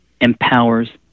empowers